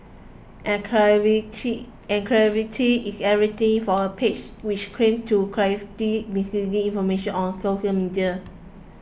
and credibility credibility is everything for a page which claims to clarify misleading information on social media